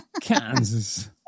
Kansas